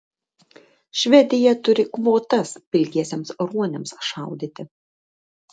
švedija turi kvotas pilkiesiems ruoniams šaudyti